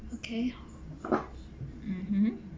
okay mmhmm